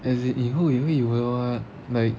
as in 以后你会有的 [what]